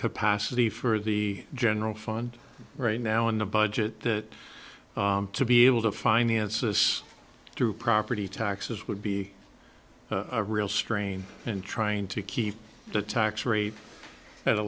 capacity for the general fund right now in a budget that to be able to finance is through property taxes would be a real strain in trying to keep the tax rate at a